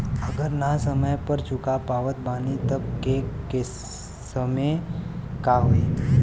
अगर ना समय पर चुका पावत बानी तब के केसमे का होई?